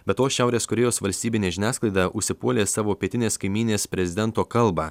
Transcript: be to šiaurės korėjos valstybinė žiniasklaida užsipuolė savo pietinės kaimynės prezidento kalbą